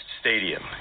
stadium